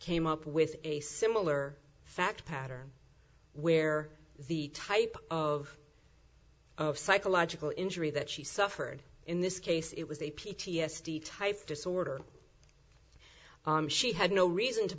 came up with a similar fact pattern where the type of psychological injury that she suffered in this case it was a p t s d type disorder she had no reason to